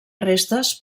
restes